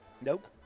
Nope